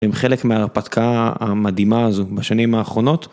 הם חלק מההרפתקה המדהימה הזו בשנים האחרונות.